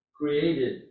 created